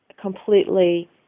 completely